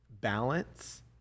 balance